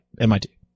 MIT